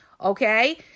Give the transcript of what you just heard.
okay